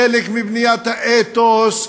חלק מבניית האתוס,